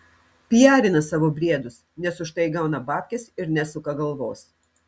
pijarina savo briedus nes už tai gauna babkes ir nesuka galvos